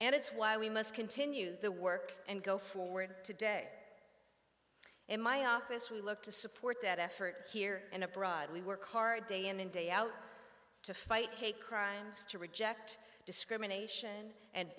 and it's why we must continue the work and go forward today in my office we look to support that effort here and abroad we work hard day in and day out to fight hate crimes to reject discrimination and